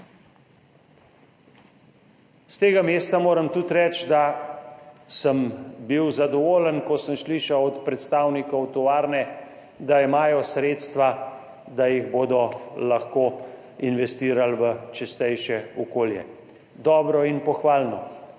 S tega mesta moram tudi reči, da sem bil zadovoljen, ko sem slišal od predstavnikov tovarne, da imajo sredstva, da jih bodo lahko investirali v čistejše okolje. Dobro in pohvalno.